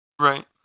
Right